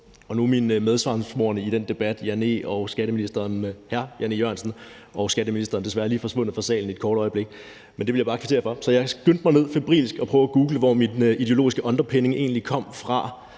og nu er mine medsammensvorne i den debat, hr. Jan E. Jørgensen og skatteministeren, desværre lige forsvundet fra salen et kort øjeblik, men det vil jeg bare kvittere for. Så jeg skyndte mig ned og prøvede febrilsk at google, hvor min ideologiske underpinning egentlig kom fra